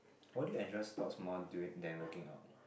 why do you enjoy sports more during than working out